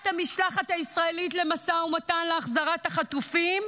המשלחת הישראלית למשא ומתן להחזרת החטופים,